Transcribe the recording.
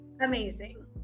amazing